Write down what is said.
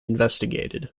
investigated